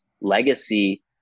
legacy